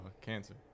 cancer